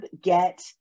get